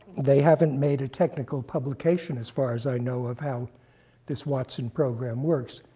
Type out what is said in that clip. they haven't made a technical publication as far as i know of how this watson program works.